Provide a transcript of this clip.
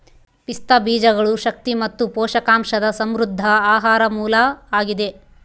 ಪಿಸ್ತಾ ಬೀಜಗಳು ಶಕ್ತಿ ಮತ್ತು ಪೋಷಕಾಂಶದ ಸಮೃದ್ಧ ಆಹಾರ ಮೂಲ ಆಗಿದೆ